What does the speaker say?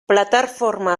plataforma